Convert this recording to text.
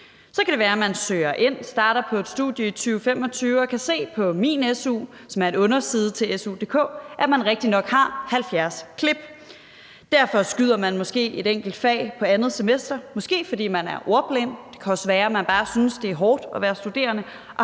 Så kan det være, man søger ind og starter på et studie i 2025 og kan se på minsu.dk, som er en underside til su.dk, at man rigtigt nok har 70 klip. Derfor udskyder man måske et enkelt fag på andet semester, måske fordi man er ordblind. Det kan også være, man bare synes, det er hårdt at være studerende